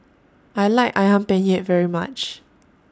I like Ayam Penyet very much